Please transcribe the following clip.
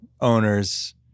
owners